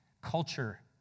culture